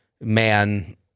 man